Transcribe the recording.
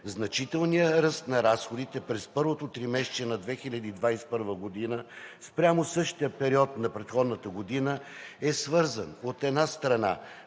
Значителният ръст на разходите през първото тримесечие на 2021 г. спрямо същия период на предходната година е свързан, от една страна,